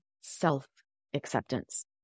self-acceptance